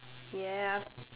ya